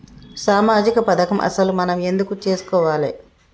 సామాజిక పథకం అసలు మనం ఎందుకు చేస్కోవాలే?